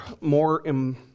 more